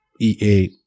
EA